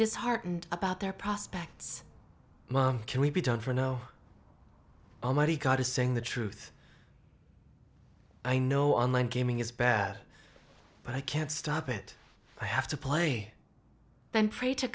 disheartened about their prospects can be done for no almighty god to sing the truth i know online gaming is bad but i can't stop it i have to play and pray to